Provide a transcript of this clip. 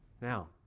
Now